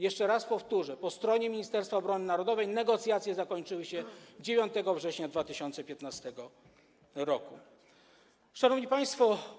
Jeszcze raz powtórzę, że po stronie Ministerstwa Obrony Narodowej negocjacje zakończyły się 9 września 2015 r. Szanowni Państwo!